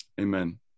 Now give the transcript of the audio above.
Amen